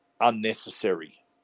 unnecessary